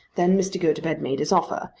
then mr. gotobed made his offer,